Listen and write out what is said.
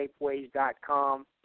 shapeways.com